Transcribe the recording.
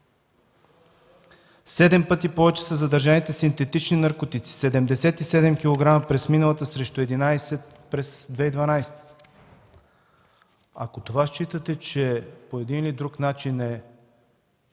седем пъти повече са задържаните синтетични наркотици – 77 кг през миналата срещу 11 кг през 2012 г. Ако считате, че това, по един или друг начин, е